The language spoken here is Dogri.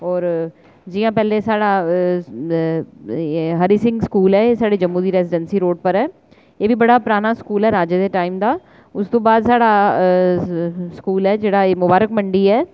और जि'यां पैह्लें साढ़ा हरिसिंह स्कूल ऐ एह् साढ़े जम्मू दी रेजिडैंसी रोड़ पर ऐ एह् बी बड़ा पराना स्कूल ऐ राजा दे टाइम दा उस तों बाद साढ़ा स्कूल ऐ जेह्ड़ा एह् मुबारख मंड़ी ऐ